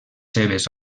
seves